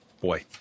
boy